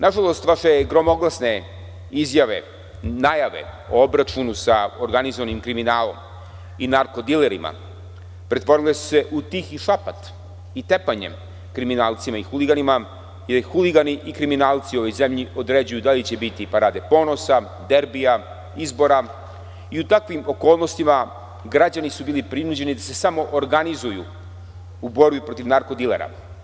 Nažalost vaše gromoglasne izjave, najave o obračunu sa organizovanim kriminalom i narkodilerima pretvorile su se u tihi šapat i tepanje kriminalcima i huliganima, jer huligani i kriminalci u ovoj zemlji će odlučiti kada će biti parade ponosa, derbija, izbora i u takvim okolnostima građani su bili prinuđeni da se samoorganizuju u borbi protiv narkodilera.